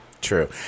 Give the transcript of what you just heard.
True